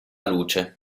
luce